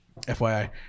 FYI